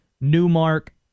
Newmark